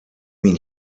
mean